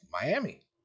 Miami